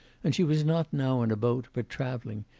and she was not now in a boat, but travelling,